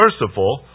merciful